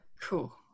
Cool